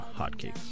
Hotcakes